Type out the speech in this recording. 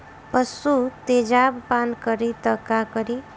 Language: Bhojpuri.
पशु तेजाब पान करी त का करी?